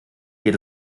geht